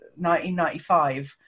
1995